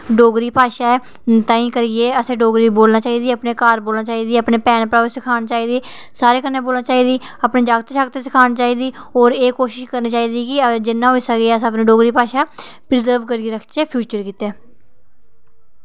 डोगरी भाशा ऐ ताहीं करियै असें ई डोगरी बोलना चाहिदी अपने घर बोलना चाहिदी अपने भैन भ्राऊ गी सखाना चाहिदी सारें कन्नै बोलना चाहिदी असें अपने जागतें गी सखाना चाहिदी होर एह् कोशिश करना चाहिदी की जिन्ना होई सकै अस अपनी डोगरी भाशा प्रिजर्व करियै रखचै अपने फ्यूचर आस्तै